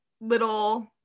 little